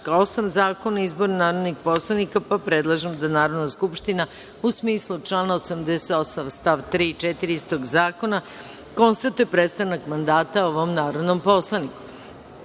2) Zakona o izboru narodnih poslanika, pa predlaže da Narodna skupština u smislu člana 88. stav 3. i 4. istog zakona konstatuje prestanak mandata ovom narodnom poslaniku. Takođe,